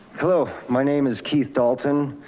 hello, my name is keith dalton.